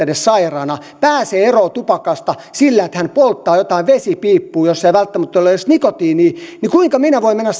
edes sairaana ja pääsee eroon tupakasta sillä että hän polttaa jotain vesipiippua jossa ei välttämättä ole edes nikotiinia niin kuinka minä voin mennä